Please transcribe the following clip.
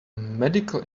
medical